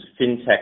FinTech